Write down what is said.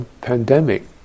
pandemic